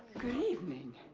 good evening.